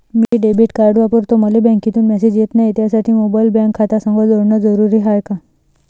मी debit card वापरतो मले बँकेतून मॅसेज येत नाही, त्यासाठी मोबाईल बँक खात्यासंग जोडनं जरुरी हाय का?